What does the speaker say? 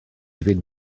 fynd